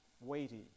weighty